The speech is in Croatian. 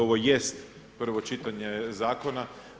Ovo jest prvo čitanje zakona.